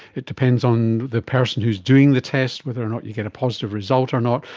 it depends on the person who's doing the test whether not you get a positive result or not.